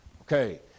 Okay